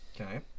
Okay